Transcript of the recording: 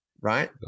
right